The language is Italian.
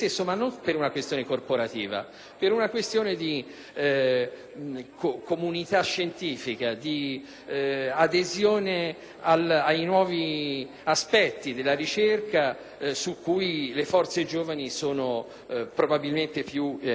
corporativa, ma di comunità scientifica, di adesione ai nuovi aspetti della ricerca su cui le forze giovani sono probabilmente più in contatto.